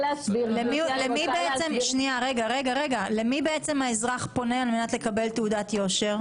למי בעצם האזרח פונה כדי לקבל תעודת יושר?